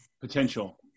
potential